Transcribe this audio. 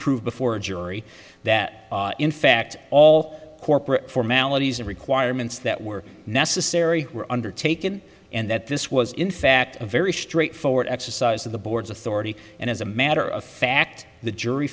proved before a jury that in fact all corporate formalities and requirements that were necessary were undertaken and that this was in fact a very straightforward exercise of the board's authority and as a matter of fact the jury